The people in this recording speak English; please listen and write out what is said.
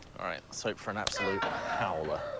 all right, let's hope for an absolute howler.